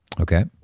Okay